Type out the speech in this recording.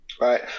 Right